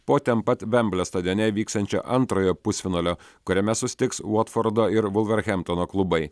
po ten pat vemblio stadione vyksiančio antrojo pusfinalio kuriame susitiks votfordo ir vulverhemptono klubai